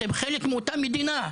אתם חלק מאותה מדינה.